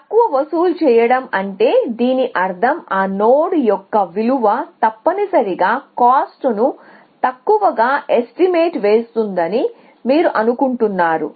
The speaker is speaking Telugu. తక్కువ వసూలు చేయడం అంటే దీని అర్థం ఆ నోడ్ యొక్క విలువ తప్పనిసరిగా కాస్ట్ ను తక్కువగా ఎస్టిమేట్ వేస్తుందని మీరు అనుకుంటున్నారు